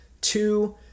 two